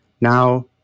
Now